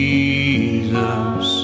Jesus